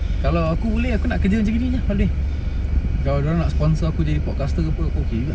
kalau aku boleh aku nak kerja macam ni jer whole day kalau dia orang nak sponsor aku jadi podcaster apa aku okay juga